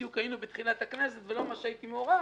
בדיוק היינו בתחילת הכנסת ולא ממש הייתי מעורב,